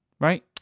Right